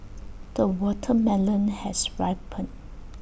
the watermelon has ripened